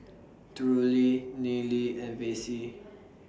Drury Nealy and Vassie